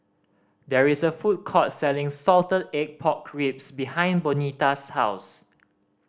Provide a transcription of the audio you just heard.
there is a food court selling salted egg pork ribs behind Bonita's house